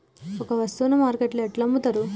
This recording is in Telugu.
ఒక వస్తువును మార్కెట్లో ఎలా అమ్ముతరు?